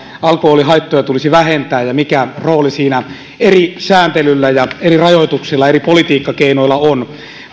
alkoholin haittoja tulisi vähentää ja mikä rooli siinä eri sääntelyillä eri rajoituksilla ja eri politiikkakeinoilla on